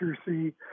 accuracy